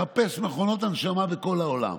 לחפש מכונות הנשמה בכל העולם.